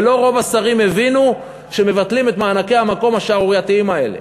ורוב השרים לא הבינו שמבטלים את מענקי המקום ה"שערורייתיים" האלה.